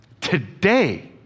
Today